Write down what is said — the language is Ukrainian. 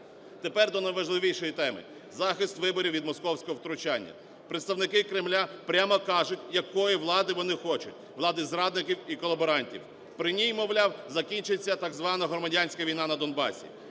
Тепер до найважливішої теми: захист виборів від московського втручання. Представники Кремля прямо кажуть, якої влади вони хочуть: влади зрадників іколаборантів, при ній, мовляв, закінчиться так звана громадянська війна на Донбасі.